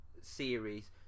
series